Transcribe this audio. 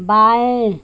बाएँ